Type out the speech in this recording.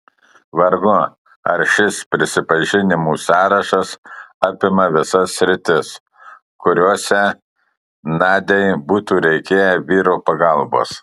vargu ar šis prisipažinimų sąrašas apima visas sritis kuriose nadiai būtų reikėję vyro pagalbos